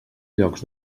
llocs